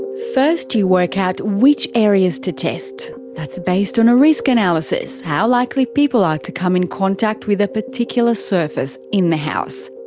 first you work out which areas to test. that's based on a risk analysis how likely people are to come in contact with a particular surface in the house.